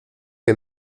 que